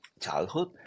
childhood